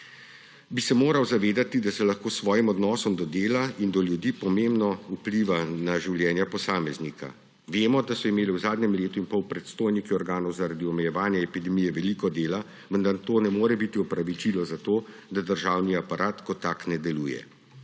bi se moral zavedati, da lahko s svojim odnosom do dela in do ljudi pomembno vpliva na življenja posameznika. Vemo, da so imeli v zadnjem letu in pol predstojniki organov zaradi omejevanja epidemije veliko dela, vendar to ne more biti opravičilo za to, da državni aparat kot tak ne deluje.